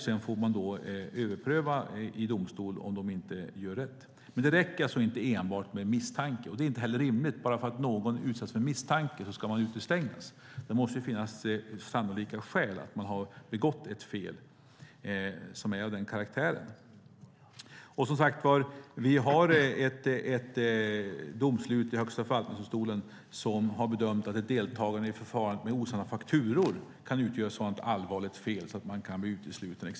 Sedan får man överpröva i domstol om myndigheten gör rätt. Men det räcker alltså inte enbart med misstanke, och det är inte heller rimligt att någon bara därför att den är utsatt för misstanke ska utestängas. Det måste finnas sannolika skäl för att man har begått ett fel som är av den karaktären. Vi har ett domslut där Högsta förvaltningsdomstolen har bedömt att ett deltagande i ett förfarande med osanna fakturor kan utgöra ett sådant allvarligt fel att man kan bli utesluten.